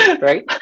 right